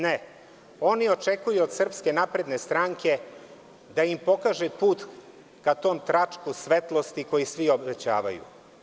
Ne, oni očekuju od SNS da im pokaže put ka tom tračku svetlosti koji svi obećavaju.